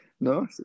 No